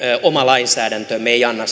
oma lainsäädäntömme ei anna